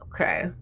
okay